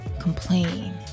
complain